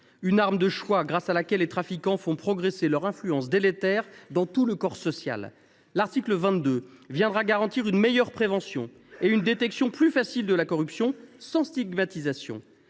une arme de choix grâce à laquelle les trafiquants font progresser leur influence délétère dans tout le corps social. L’article 22 viendra garantir une meilleure prévention et une détection plus facile de la corruption, sans stigmatisation.